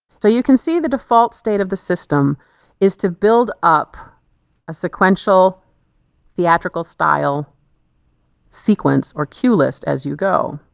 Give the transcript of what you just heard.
so you can see the default state of the system is to build up a sequential theatrical style sequence or cue list as you go.